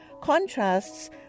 contrasts